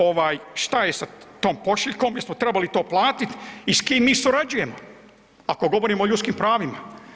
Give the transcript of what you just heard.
Ovaj šta je sa tom pošiljkom, jesmo trebali to platiti i s kim mi surađujemo, ako govorimo o ljudskim pravima.